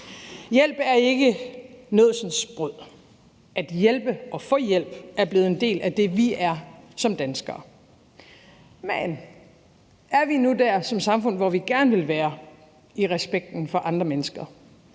Hjælp er ikke nådsensbrød. At hjælpe og få hjælp er blevet en del af det, vi er som danskere. Men er vi nu dér som samfund, hvor vi gerne vil være i respekten for andre mennesker?